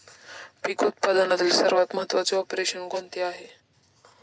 पीक उत्पादनातील सर्वात महत्त्वाचे ऑपरेशन कोणते आहे?